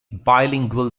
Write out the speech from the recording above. bilingual